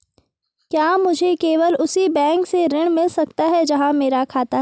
क्या मुझे केवल उसी बैंक से ऋण मिल सकता है जहां मेरा खाता है?